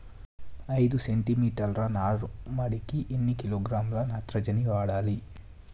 ఐదు సెంటిమీటర్ల నారుమడికి ఎన్ని కిలోగ్రాముల నత్రజని వాడాలి?